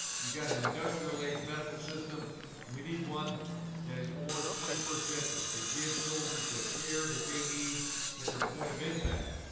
we've got an industrial age medical system and we need one that is more twenty first century. that gives soldiers the care that they need at their point of impact.